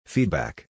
Feedback